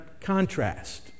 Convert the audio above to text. contrast